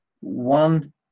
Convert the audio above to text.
one